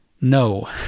No